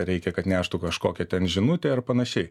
reikia kad neštų kažkokią ten žinutę ar panašiai